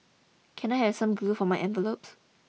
can I have some glue for my envelopes